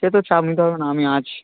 সে তোর চাপ নিতে হবে না আমি আছি